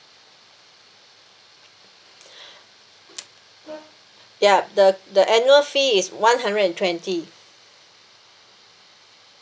yup the the annual fee is one hundred and twenty